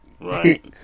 Right